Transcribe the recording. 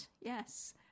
yes